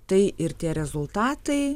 tai ir tie rezultatai